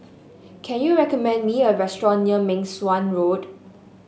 can you recommend me a restaurant near Meng Suan Road